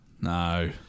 No